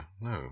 no